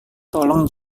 tolong